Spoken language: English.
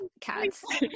cats